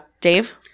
Dave